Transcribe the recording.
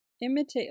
Imitate